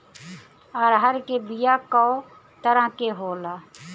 अरहर के बिया कौ तरह के होला?